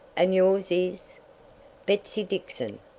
and yours is betsy dixon,